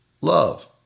love